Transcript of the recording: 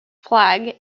flag